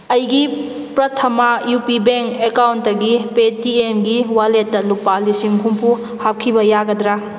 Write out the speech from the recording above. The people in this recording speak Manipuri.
ꯑꯩꯒꯤ ꯄ꯭ꯔꯊꯃꯥ ꯌꯨ ꯄꯤ ꯕꯦꯡ ꯑꯦꯀꯥꯎꯟꯗꯒꯤ ꯄꯦꯇꯤꯑꯦꯝꯒꯤ ꯋꯥꯂꯦꯠꯇ ꯂꯨꯄꯥ ꯂꯤꯁꯤꯡ ꯍꯨꯝꯐꯨ ꯍꯥꯞꯈꯤꯕ ꯌꯥꯒꯗ꯭ꯔꯥ